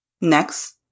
Next